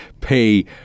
pay